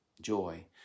joy